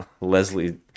Leslie